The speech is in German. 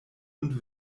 und